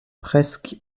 presque